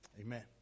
Amen